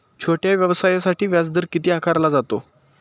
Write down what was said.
छोट्या व्यवसायासाठी व्याजदर किती आकारला जातो?